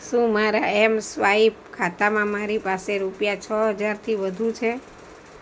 શું મારા એમસ્વાઈપ ખાતામાં મારી પાસે રૂપિયા છ હજારથી વધુ છે